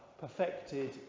perfected